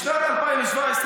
בשנת 2017,